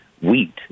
wheat